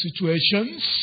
situations